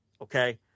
Okay